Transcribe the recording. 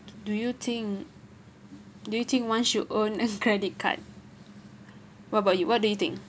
do you think do you think once you own a credit card what about you what do you think